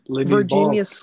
Virginia